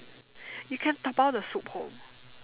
you can dabao the soup home